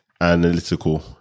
Analytical